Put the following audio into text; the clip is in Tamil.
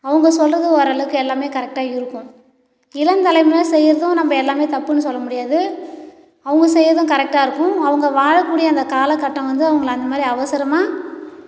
அவங்க சொல்வது ஓரளவுக்கு எல்லாமே கரெக்ட்டாக இருக்கும் இளம் தலைமுறையினர் செய்யறதும் நம்ப எல்லாமே தப்புன்னு சொல்ல முடியாது அவங்க செய்யறதும் கரெக்டாக இருக்கும் அவங்க வாழக்கூடிய அந்த காலகட்டம் வந்து அவங்களை அந்த மாதிரி அவசரமாக